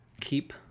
keep